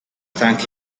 thank